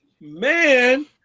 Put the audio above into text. Man